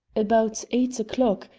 about eight o'clock,